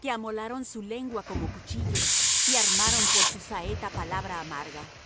que amolaron su lengua como cuchillo y armaron por su saeta palabra amarga